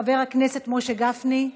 חבר הכנסת משה גפני,